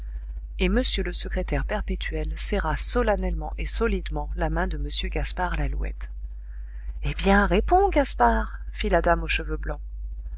et m le secrétaire perpétuel serra solennellement et solidement la main de m gaspard lalouette eh bien réponds gaspard fit la dame aux cheveux blancs